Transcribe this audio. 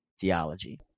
theology